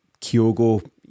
Kyogo